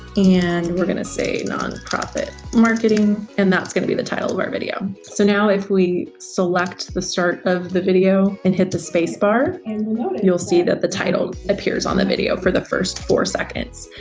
and we're gonna say, nonprofit marketing, and that's gonna be the title of our video, so now if we select the start of the video and hit the space bar, and you'll see that the title appears on the video for the first four seconds.